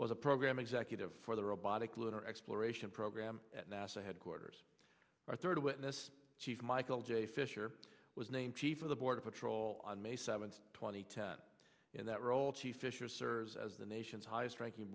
was a program executive for the robotic lunar exploration program at nasa headquarters our third witness chief michael j fisher was named chief of the border patrol on may seventh two thousand and ten in that role chief fisher serves as the nation's highest ranking